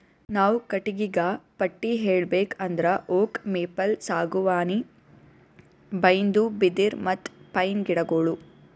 ನಾವ್ ಕಟ್ಟಿಗಿಗಾ ಪಟ್ಟಿ ಹೇಳ್ಬೇಕ್ ಅಂದ್ರ ಓಕ್, ಮೇಪಲ್, ಸಾಗುವಾನಿ, ಬೈನ್ದು, ಬಿದಿರ್, ಮತ್ತ್ ಪೈನ್ ಗಿಡಗೋಳು